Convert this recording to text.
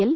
L